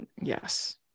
yes